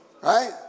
Right